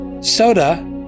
soda